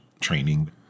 training